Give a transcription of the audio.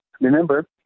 Remember